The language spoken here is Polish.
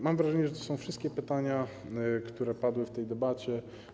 Mam wrażenie, że to są wszystkie pytania, które padły w tej debacie.